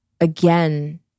again